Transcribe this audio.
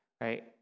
right